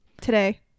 today